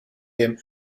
him